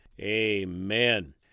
amen